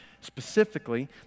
specifically